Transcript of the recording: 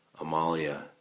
Amalia